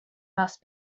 must